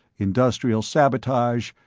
industrial sabotage,